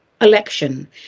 election